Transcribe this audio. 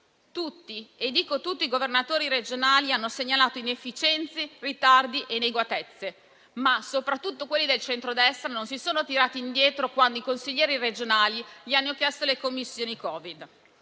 Tutti - e dico tutti - i governatori regionali hanno segnalato inefficienza, ritardi e inadeguatezze, ma soprattutto quelli del centrodestra non si sono tirati indietro quando i consiglieri regionali gli hanno chiesto le Commissioni Covid.